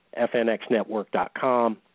fnxnetwork.com